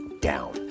down